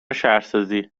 شهرسازی